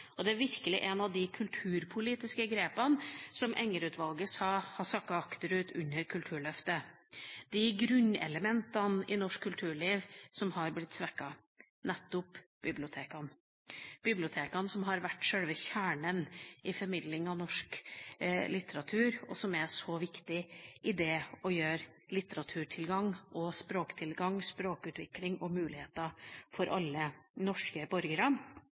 har. De er virkelig et av de kulturpolitiske grepene som Enger-utvalget sa har sakket akterut under Kulturløftet. De grunnelementene i norsk kulturliv som har blitt svekket, er nettopp bibliotekene, bibliotekene som har vært sjølve kjernen i formidling av norsk litteratur, og som er så viktig i det å gi litteraturtilgang og språktilgang, språkutvikling og muligheter for alle norske borgere.